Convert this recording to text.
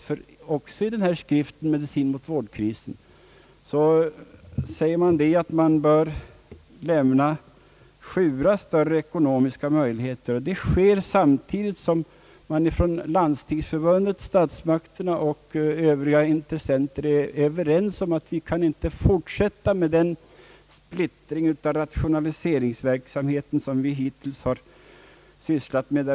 I den nyssnämnda skriften »Medicin mot vårdkrisen» framhålles att man bör lämna SJURA större ekonomiska möjligheter. Det sker samtidigt som Landstingsförbundet, statsmakterna och övriga intressenter är överens om att vi inte kan fortsätta med den splittring av rationaliseringsverksamhe ten som vi hittills har sysslat med.